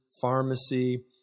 pharmacy